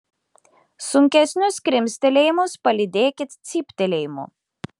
sunkesnius krimstelėjimus palydėkit cyptelėjimu